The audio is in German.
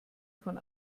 von